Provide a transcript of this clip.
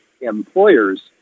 employers